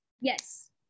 Yes